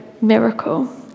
miracle